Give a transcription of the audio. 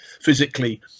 physically